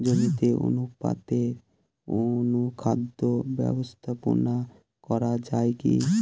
জমিতে অনুপাতে অনুখাদ্য ব্যবস্থাপনা করা য়ায় কি?